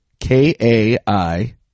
K-A-I